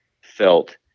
felt